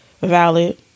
valid